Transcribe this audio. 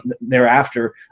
thereafter